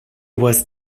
was